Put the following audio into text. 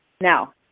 Now